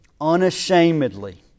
unashamedly